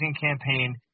campaign